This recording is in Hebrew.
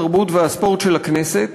התרבות והספורט של הכנסת